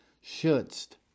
shouldst